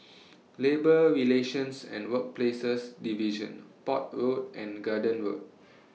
Labour Relations and Workplaces Division Port Road and Garden Road